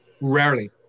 rarely